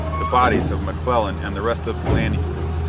the bodies of mcclellan and the rest of the landing crew.